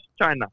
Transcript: China